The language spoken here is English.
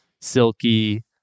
silky